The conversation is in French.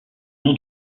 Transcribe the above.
nom